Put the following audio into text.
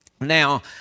Now